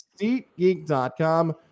SeatGeek.com